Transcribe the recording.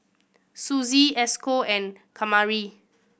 Suzy Esco and Kamari